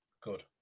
Good